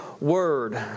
word